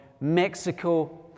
Mexico